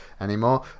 anymore